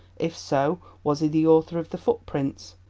if so, was he the author of the footprints?